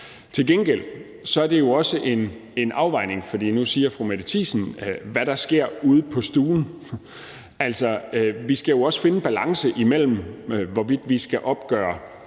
Til gengæld er det jo også en afvejning. Nu taler Mette Thiesen om, hvad der sker ude på stuen. Altså, vi skal jo også finde en balance, i forhold til hvorvidt vi skal opgøre